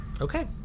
Okay